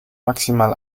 maximal